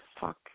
fuck